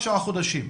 תשעה חודשים.